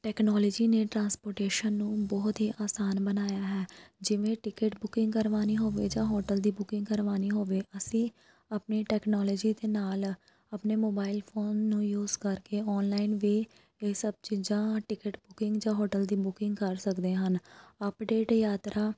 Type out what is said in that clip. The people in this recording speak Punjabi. ਟੈਕਨੋਲਜੀ ਨੇ ਟਰਾਂਸਪੋਟੇਸ਼ਨ ਨੂੰ ਬਹੁਤ ਹੀ ਆਸਾਨ ਬਣਾਇਆ ਹੈ ਜਿਵੇਂ ਟਿਕੇਟ ਬੁਕਿੰਗ ਕਰਵਾਉਣੀ ਹੋਵੇ ਜਾਂ ਹੋਟਲ ਦੀ ਬੁਕਿੰਗ ਕਰਵਾਉਣੀ ਹੋਵੇ ਅਸੀਂ ਆਪਣੀ ਟੈਕਨੋਲਜੀ ਦੇ ਨਾਲ਼ ਆਪਣੇ ਮੋਬਾਈਲ ਫੋਨ ਨੂੰ ਯੂਸ ਕਰਕੇ ਔਨਲਾਈਨ ਵੀ ਇਹ ਸਭ ਚੀਜ਼ਾਂ ਟਿਕਟ ਬੁਕਿੰਗ ਜਾਂ ਹੋਟਲ ਦੀ ਬੁਕਿੰਗ ਕਰ ਸਕਦੇ ਹਨ ਅੱਪਡੇਟ ਯਾਤਰਾ